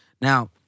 Now